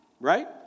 Right